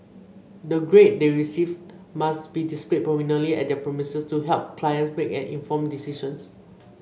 the grade they receive must be displayed prominently at their premises to help clients make an informed decision